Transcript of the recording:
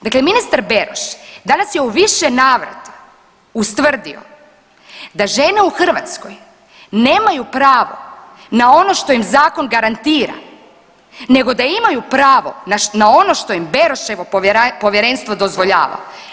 Dakle ministar Beroš danas je u više navrata ustvrdio da žene u Hrvatskoj nemaju pravo na ono što im Zakon garantira nego da imaju pravo na ono što im Beroševo Povjerenstvo dozvoljava.